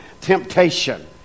temptation